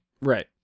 right